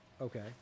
okay